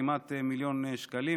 כמעט מיליון שקלים.